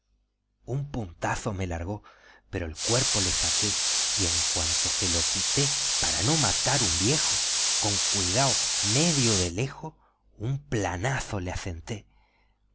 un puntazo me largó pero el cuerpo le saqué y en cuanto se lo quité para no matar un viejo con cuidado medio de lejos un palazo le asenté